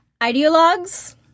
ideologues